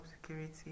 security